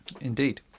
indeed